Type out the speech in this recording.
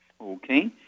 Okay